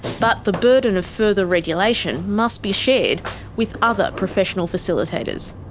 but the burden of further regulation must be shared with other professional facilitators.